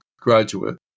graduate